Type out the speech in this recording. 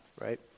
right